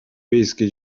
wiejskie